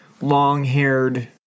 long-haired